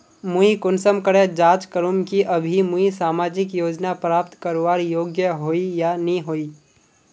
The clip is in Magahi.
मुई कुंसम करे जाँच करूम की अभी मुई सामाजिक योजना प्राप्त करवार योग्य होई या नी होई?